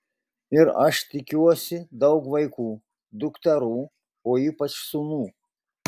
ir aš tikiuosi daug vaikų dukterų o ypač sūnų